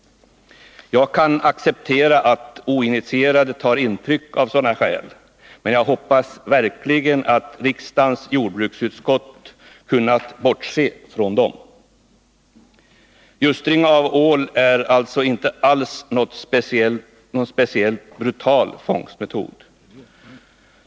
Jag kan acceptera att oinitierade tar intryck av sådana skäl, men jag hoppas verkligen att riksdagens jordbruksutskott kunnat bortse från dem. Ljustring av ål är alltså inte alls någon speciellt brutal fångstmetod.